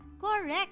Correct